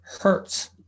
hurts